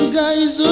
guys